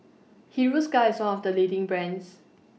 Hiruscar IS one of The leading brands